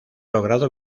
logrado